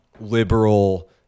liberal